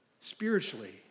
spiritually